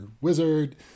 wizard